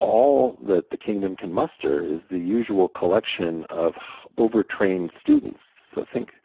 all that the kingdom can muster is the usual collection of over-trained students. so think